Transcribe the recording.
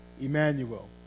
Emmanuel